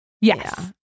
Yes